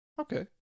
Okay